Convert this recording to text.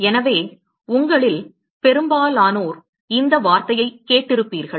எனவே உங்களில் பெரும்பாலானோர் இந்த வார்த்தையைக் கேட்டிருப்பீர்கள்